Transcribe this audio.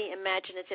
imaginative